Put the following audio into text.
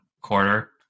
quarter